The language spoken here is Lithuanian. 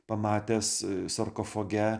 pamatęs sarkofage